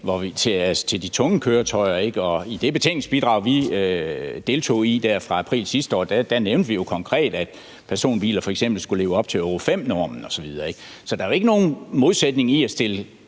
til de tunge køretøjer, ikke? Og i det betænkningsbidrag, vi deltog i der fra april sidste år, nævnte vi jo konkret, at personbiler f.eks. skulle leve op til Euro V-normen osv. Så der er jo ikke nogen modsætning i at opstille